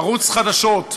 ערוץ חדשות,